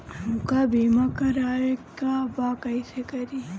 हमका बीमा करावे के बा कईसे करी?